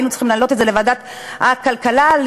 והיינו צריכים להעלות את זה לוועדת הכלכלה על